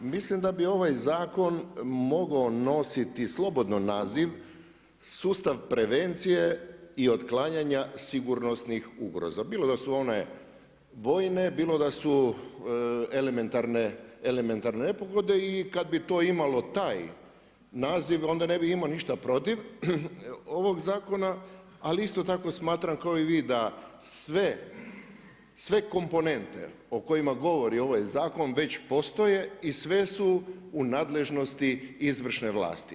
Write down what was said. Mislim da bi ovaj zakon mogao nositi slobodno naziv sustav prevencije i otklanjanja sigurnosnih ugroza, bilo da su one vojne, bilo da su elementarne nepogode i kad bi to imalo taj naziv, onda ne bi imao ništa protiv ovog zakon ali isto tako smatram kao i vi da sve komponente o kojima govori ovaj zakon već postoje i sve su u nadležnosti izvršne vlasti.